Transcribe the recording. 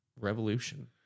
revolution